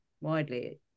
widely